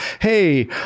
hey